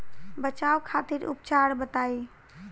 बचाव खातिर उपचार बताई?